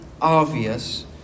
obvious